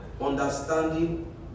understanding